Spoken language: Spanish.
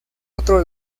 otro